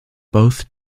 both